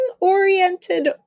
oriented